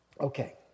Okay